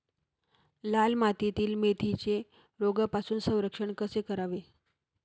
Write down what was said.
लाल मातीतील मेथीचे रोगापासून संरक्षण कसे करावे?